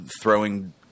throwing